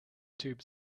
tube